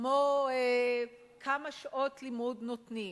כמו כמה שעות לימוד נותנים,